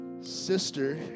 sister